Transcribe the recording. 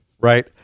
right